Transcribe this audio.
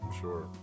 sure